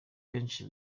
kenshi